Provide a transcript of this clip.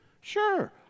Sure